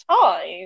time